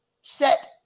set